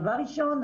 דבר ראשון,